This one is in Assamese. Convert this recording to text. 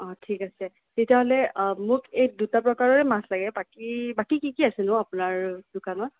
অঁ ঠিক আছে তেতিয়াহ'লে মোক এই দুটা প্ৰকাৰৰে মাছ লাগে বাকী বাকী কি কি আছেনো আপোনাৰ দোকানত